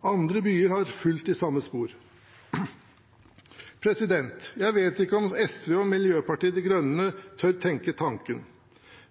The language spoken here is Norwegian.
Andre byer har fulgt i samme spor. Jeg vet ikke om SV og Miljøpartiet De Grønne tør tenke tanken,